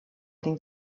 den